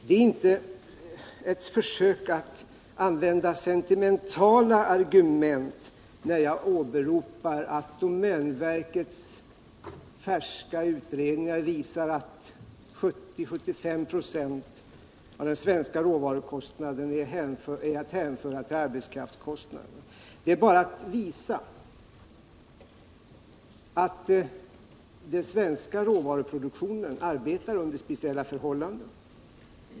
Det är inte ett försök att använda sentimentala argument när jag åberopar att domänverkets färska utredningar visar att 70-75 96 av den svenska råvarukostnaden är att hänföra till arbetskraftskostnaderna. Det är bara att visa att den svenska råvaruproduktionen arbetar under speciella förhållanden.